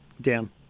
Dan